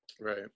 right